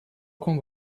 com